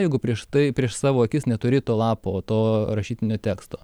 jeigu prieš tai prieš savo akis neturi to lapo to rašytinio teksto